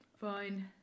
Fine